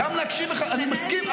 גם להקשיב, אני מסכים.